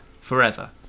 Forever